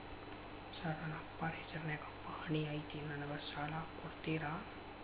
Sir ನನ್ನ ಅಪ್ಪಾರ ಹೆಸರಿನ್ಯಾಗ್ ಪಹಣಿ ಐತಿ ನನಗ ಸಾಲ ಕೊಡ್ತೇರಾ?